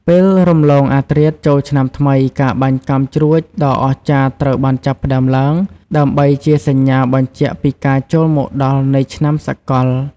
ពេលរំលងអធ្រាត្រចូលឆ្នាំថ្មី ការបាញ់កាំជ្រួចដ៏អស្ចារ្យត្រូវបានចាប់ផ្ដើមឡើង ដើម្បីជាសញ្ញាបញ្ជាក់ពីការចូលមកដល់នៃឆ្នាំសកល។